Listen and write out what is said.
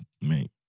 mate